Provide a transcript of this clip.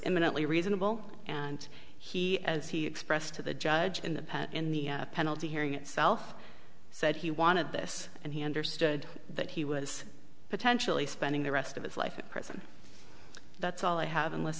imminently reasonable and he as he expressed to the judge in the penalty hearing itself said he wanted this and he understood that he was potentially spending the rest of his life in prison that's all i have unless